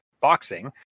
boxing